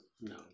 No